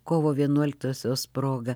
kovo vienuoliktosios proga